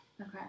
Okay